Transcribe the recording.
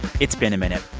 it's been a minute.